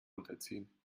unterziehen